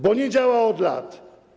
Bo nie działa od lat.